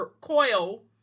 coil